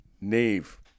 nave